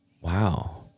Wow